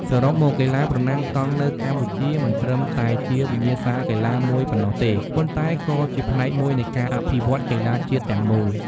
សរុបមក កីឡាប្រណាំងកង់នៅកម្ពុជាមិនត្រឹមតែជាវិញ្ញាសាកីឡាមួយប៉ុណ្ណោះទេ ប៉ុន្តែក៏ជាផ្នែកមួយនៃការអភិវឌ្ឍកីឡាជាតិទាំងមូល។